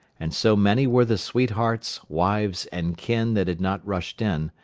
and so many were the sweethearts, wives, and kin that had not rushed in,